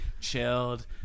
chilled